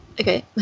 Okay